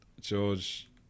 George